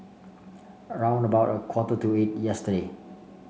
round about a quarter to eight yesterday